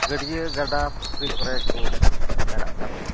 ᱜᱟᱹᱰᱭᱟᱹ ᱜᱟᱰᱟ ᱯᱩᱠᱷᱩᱨᱤ ᱠᱚᱨᱮ ᱠᱚ ᱯᱟᱭᱨᱟᱜ ᱠᱟᱱ ᱛᱟᱦᱮᱸᱫ